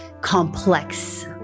complex